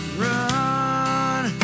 run